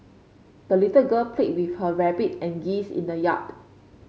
the little girl played with her rabbit and geese in the yard